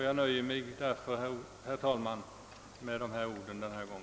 Jag nöjer mig därför, herr talman, med dessa ord denna gång.